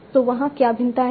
तो वहाँ क्या भिन्नताएं हैं